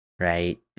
right